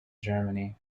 germany